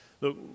look